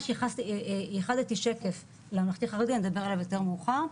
ייחדתי שקף לממלכתי-חרדי, נדבר עליו יותר מאוחר.